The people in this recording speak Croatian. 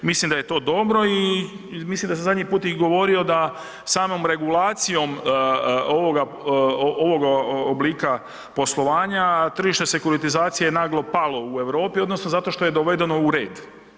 Mislim da je to dobro i mislim da sam zadnji put i govorio da samom regulacijom ovoga oblika poslovanja, tržište sekuritizacije je naglo palo u Europi odnosno zato što je dovedeno u red.